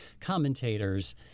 commentators